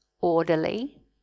orderly